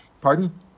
Pardon